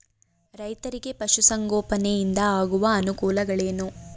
ರೈತರಿಗೆ ಪಶು ಸಂಗೋಪನೆಯಿಂದ ಆಗುವ ಅನುಕೂಲಗಳೇನು?